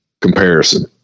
comparison